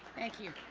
thank you